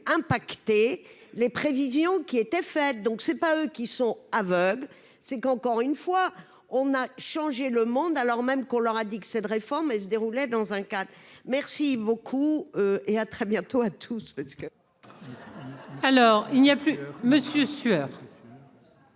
impacter les prévisions qui étaient faites donc c'est pas eux qui sont aveugles, c'est qu'encore une fois on a changé le monde, alors même qu'on leur a dit que cette réforme, elle se déroulait dans un cadre merci beaucoup et à très bientôt à tous